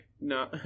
No